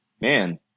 man